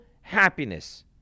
happiness